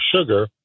sugar